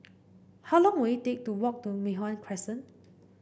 how long will it take to walk to Mei Hwan Crescent